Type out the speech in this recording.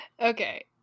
okay